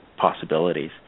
possibilities